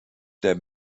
der